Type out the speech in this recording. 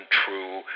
true